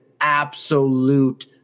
absolute